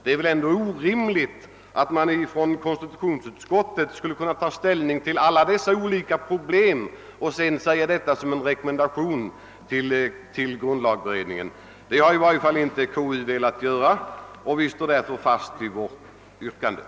Det är väl ändå orimligt att konstitutionsutskottet skall kunna ta ställning till alla dessa olika problem och sedan avge en rekommendation till grundlagberedningen. Det har i varje fall konstitutionsutskottet inte velat göra, och vi står därför fast vid vårt yrkande.